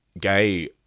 gay